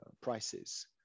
prices